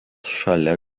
šalia